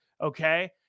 okay